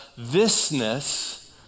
thisness